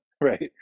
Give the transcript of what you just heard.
right